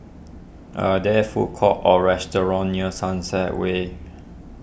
are there food courts or restaurants near Sunset Way